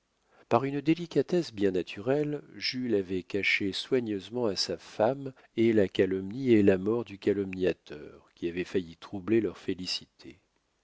par une délicatesse bien naturelle jules avait caché soigneusement à sa femme et la calomnie et la mort du calomniateur qui avait failli troubler leur félicité